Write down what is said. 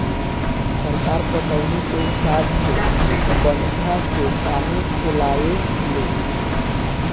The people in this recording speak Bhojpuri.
सरकार पटौनी के हिसाब से बंधा से पानी खोलावे ले